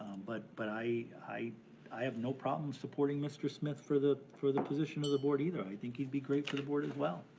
but but i i have no problem supporting mr. smith for the for the position of the board either. i think he'd be great for the board as well.